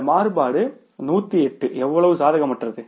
இந்த மாறுபாடு 108 எவ்வளவு சாதகமற்றது